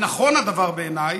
נכון הדבר בעיניי,